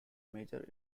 major